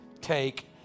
Take